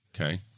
Okay